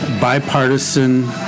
bipartisan